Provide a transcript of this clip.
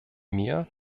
mir